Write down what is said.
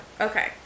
Okay